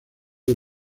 del